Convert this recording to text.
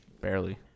Barely